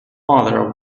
farther